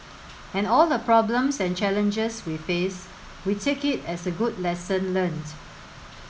and all the problems and challenges we face we take it as a good lesson learnt